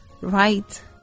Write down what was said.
Right